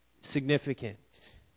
significant